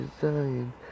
design